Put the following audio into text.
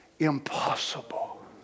impossible